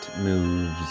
moves